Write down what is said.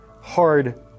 hard